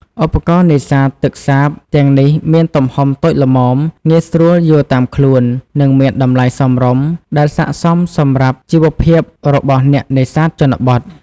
ឧបករណ៍នេសាទទឹកសាបទាំងនេះមានទំហំតូចល្មម ងាយស្រួលយួរតាមខ្លួន និងមានតម្លៃសមរម្យ ដែលស័ក្តិសមសម្រាប់ជីវភាពរបស់អ្នកនេសាទជនបទ។